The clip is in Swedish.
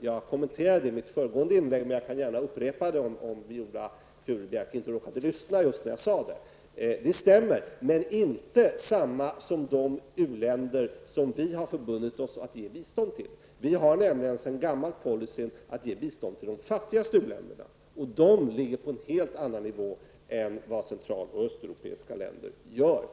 Jag kommenterade det i mitt föregående inlägg, men jag kan gärna upprepa det om Viola Furubjelke inte lyssnade på vad jag sade. Argumentet stämmer, men det är inte samma som de u-länder vi har förbundit oss att ge bistånd till. Vi har nämligen sedan gammalt policyn att ge bistånd till de fattigaste u-länderna. De ligger på en helt annan nivå än de cental och östeuropeiska länderna gör.